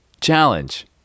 challenge